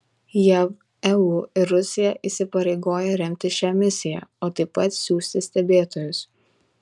jav eu ir rusija įsipareigoja remti šią misiją o taip pat siųsti stebėtojus